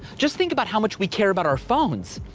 just think about how much we care about our phones.